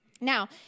Now